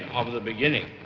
of the beginning